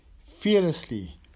fearlessly